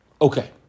Okay